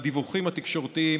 בדיווחים התקשורתיים,